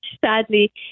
sadly